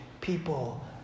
people